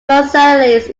versailles